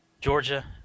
Georgia